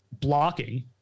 blocking